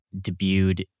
debuted